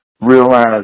realize